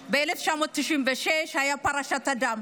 ב-1996, הייתה פרשת הדם,